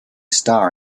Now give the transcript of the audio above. star